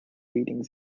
leading